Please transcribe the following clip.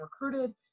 recruited